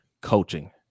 coaching